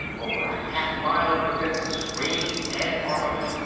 over a half mile of defensive screens and armament,